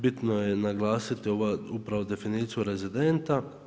Bitno je naglasiti ovu upravo definiciju rezidenta.